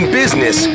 business